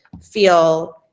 feel